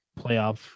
playoff